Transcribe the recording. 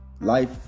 life